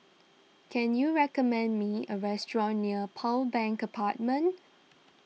can you recommend me a restaurant near Pearl Bank Apartment